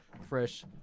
fresh